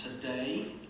today